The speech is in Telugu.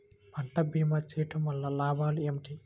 పంట భీమా చేయుటవల్ల లాభాలు ఏమిటి?